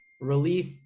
Relief